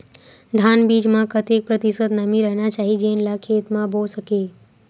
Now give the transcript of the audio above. धान बीज म कतेक प्रतिशत नमी रहना चाही जेन ला खेत म बो सके?